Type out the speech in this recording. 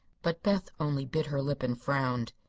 but beth only bit her lip and frowned.